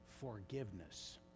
forgiveness